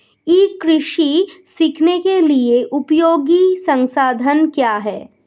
ई कृषि सीखने के लिए उपयोगी संसाधन क्या हैं?